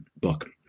book